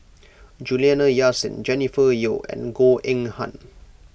Juliana Yasin Jennifer Yeo and Goh Eng Han